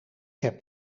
heb